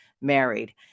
married